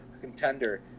contender